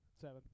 Seven